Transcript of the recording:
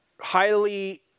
highly